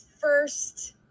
first